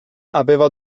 aveva